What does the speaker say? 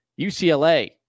UCLA